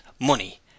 money